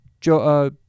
Joe